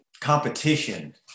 competition